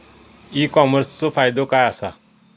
E कॉमर्सचो फायदो काय असा?